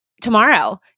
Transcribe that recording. tomorrow